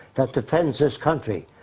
that defends this country.